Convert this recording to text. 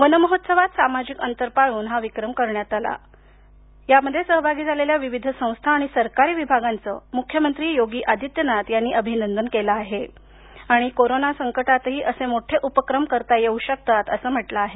one महोत्सवात सामाजिक अंतर पाळून हा विक्रम करण्यात सहभागी झालेल्या विविध संस्था आणि सरकारी विभागांचं मुख्यमंत्री योगी आदित्यनाथ यांनी अभिनंदन केलं आहे आणि कोरोनाच्या संकटातही असे मोठे उपक्रम करता येऊ शकतात असं म्हटलं आहे